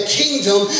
kingdom